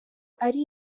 ari